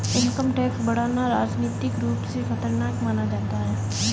income tax बढ़ाना राजनीतिक रूप से खतरनाक माना जाता है